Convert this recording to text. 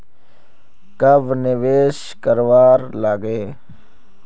कब निवेश करवार लागे?